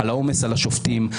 העומס על השופטים,